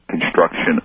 construction